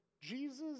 Jesus